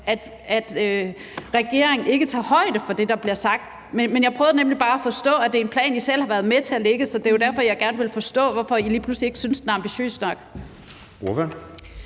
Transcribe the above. at regeringen ikke tager højde for det, der bliver sagt. Men jeg prøvede nemlig bare at forstå det med, at det er en plan, I selv har været med til at lægge. Så det er jo derfor, jeg gerne vil forstå, hvorfor I lige pludselig ikke synes, at den er ambitiøs nok.